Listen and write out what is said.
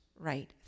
right